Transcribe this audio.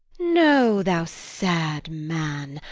know thou, sad man,